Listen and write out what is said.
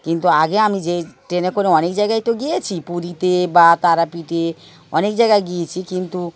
কিন্তু আগে আমি যে ট্রেনে করে অনেক জায়গায় তো গিয়েছি পুরীতে বা তারাপিঠে অনেক জায়গায় গিয়েছি কিন্তু